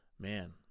man